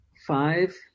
Five